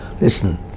listen